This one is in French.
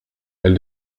elle